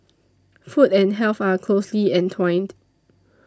food and health are closely entwined